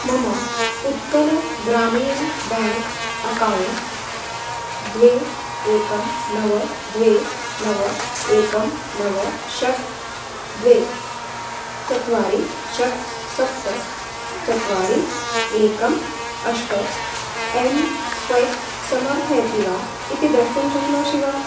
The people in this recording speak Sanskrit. मम उत्कलग्रामीण बेङ्क् अकौण्ट् द्वे एकं नव द्वे नव एकं नव षट् द्वे चत्वारि षट् सप्त चत्वारि एकम् अष्ट एम् स्वैप् समर्थयति वा इति द्रष्टुं शक्नोषि वा